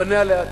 פניה לעתיד.